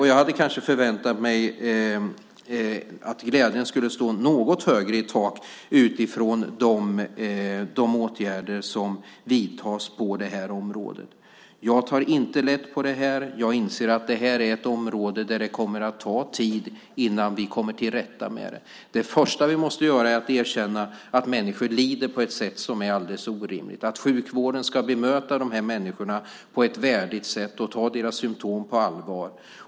Jag hade kanske förväntat mig att glädjen skulle stå något högre i tak utifrån de åtgärder som vidtas på det här området. Jag tar inte lätt på det här. Jag inser att det här är ett område där det kommer att ta tid innan vi kommer till rätta med problemet. Det första vi måste göra är att erkänna att människor lider på ett sätt som är alldeles orimligt. Sjukvården ska bemöta de här människorna på ett värdigt sätt och ta deras symtom på allvar.